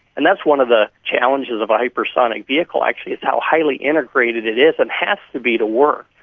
and that's one of the challenges of a hypersonic vehicle actually, is how highly integrated it is and has to be to work.